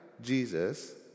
Jesus